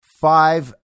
five